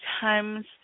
times